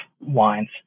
wines